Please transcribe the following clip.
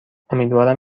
امیدوارم